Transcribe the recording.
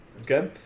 Okay